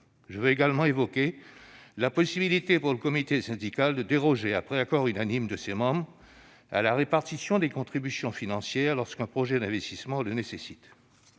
Je veux également évoquer la possibilité pour le comité syndical de déroger, après accord unanime de ses membres, à la répartition des contributions financières lorsqu'un projet d'investissement le nécessite.